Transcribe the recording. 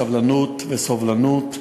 סבלנות וסובלנות,